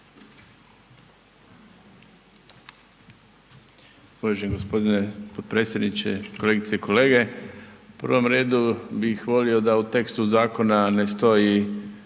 Uvaženi gospodine potpredsjedniče, kolegice i kolege u prvom redu bih volio da u tekstu zakona ne stoji,